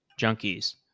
junkies